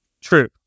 True